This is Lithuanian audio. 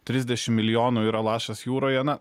trisdešim milijonų yra lašas jūroje na